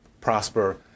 prosper